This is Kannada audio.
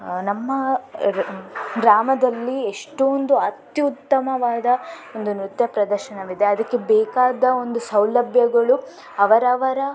ನಮ್ಮ ಗ್ರಾಮದಲ್ಲಿ ಎಷ್ಟೊಂದು ಅತ್ಯುತ್ತಮವಾದ ಒಂದು ನೃತ್ಯ ಪ್ರದರ್ಶನವಿದೆ ಅದಕ್ಕೆ ಬೇಕಾದ ಒಂದು ಸೌಲಭ್ಯಗಳು ಅವರವರ